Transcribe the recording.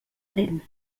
dent